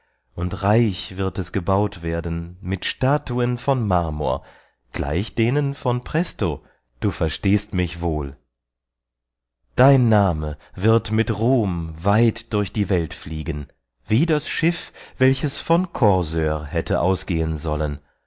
und reich wird es gebaut werden mit statuen von marmor gleich denen von prästo du verstehst mich wohl dein name wird mit ruhm weit durch die welt fliegen wie das schiff welches von corsör hätte ausgehen sollen